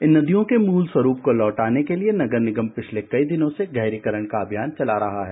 इन नदियों के मूल स्वरूप को लौटाने के लिए नगर निगम पिछले कई दिनों से गहरीकरण का अभियान चला रहा है